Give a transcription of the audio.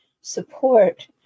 support